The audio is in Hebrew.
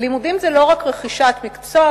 לימודים זה לא רק רכישת מקצוע,